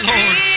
Lord